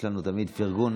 יש לנו תמיד פרגון